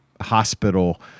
hospital